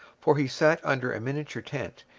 for he sat under a miniature tent,